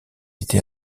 été